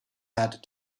had